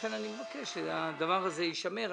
לכן אני מבקש שהדבר הזה יישמר.